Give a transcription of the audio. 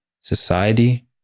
society